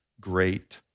great